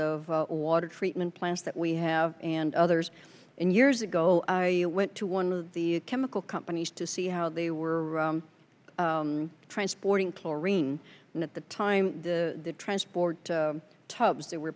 of water treatment plants that we have and others and years ago i went to one of the chemical companies to see how they were transporting chlorine and at the time the transport tubs that were